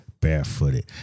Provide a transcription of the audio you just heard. barefooted